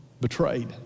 betrayed